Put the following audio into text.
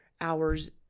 hours